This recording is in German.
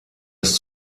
ist